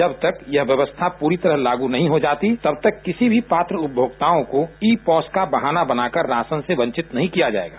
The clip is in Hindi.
जब तक ये व्यवस्था पूरी तरह लागू नहीं हो जाती तब तक किसी भी पात्र उपभोक्ता को ई पॉस का बहाना बनाकर राशन से वंचित नहीं किया जायेगा